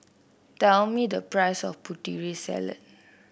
tell me the price of Putri Salad